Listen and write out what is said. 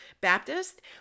Baptist